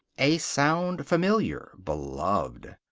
a sound familiar, beloved.